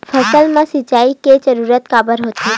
फसल मा सिंचाई के जरूरत काबर होथे?